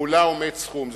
מולה עומד סכום.